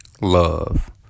love